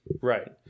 Right